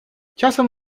часом